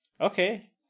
Okay